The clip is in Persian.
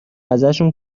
ازشون